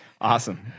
Awesome